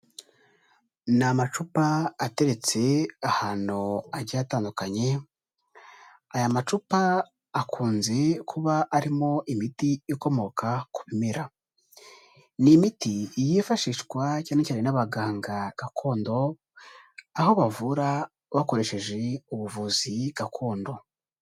Ni amacupa ateretse ahantu hagiye hatandukanye, aya macupa akunze kuba arimo imiti ikomoka ku bimera. Ni imiti yifashishwa cyane cyane n'abaganga gakondo, aho bavura bakoresheje ubuvuzi gakondo.